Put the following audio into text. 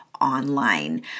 online